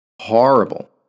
Horrible